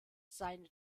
seine